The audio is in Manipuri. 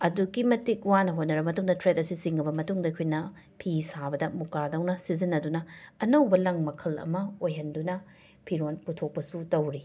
ꯑꯗꯨꯛꯀꯤ ꯃꯇꯤꯛ ꯋꯥꯅ ꯍꯣꯠꯅꯔꯕ ꯃꯇꯨꯡꯗ ꯊ꯭ꯔꯦꯠ ꯑꯁꯤ ꯆꯤꯡꯂꯕ ꯃꯇꯨꯡꯗ ꯑꯩꯈꯣꯏꯅ ꯐꯤ ꯁꯥꯕꯗ ꯃꯨꯀꯥꯗꯧꯅ ꯁꯤꯖꯤꯟꯅꯗꯨꯅ ꯑꯅꯧꯕ ꯂꯪ ꯃꯈꯜ ꯑꯃ ꯑꯣꯏꯍꯟꯗꯨꯅ ꯐꯤꯔꯣꯜ ꯄꯨꯊꯣꯛꯄꯁꯨ ꯇꯧꯔꯤ